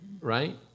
right